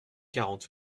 quarante